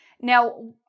Now